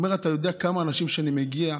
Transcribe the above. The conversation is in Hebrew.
הוא אומר: אתה יודע לכמה אנשים אני מגיע?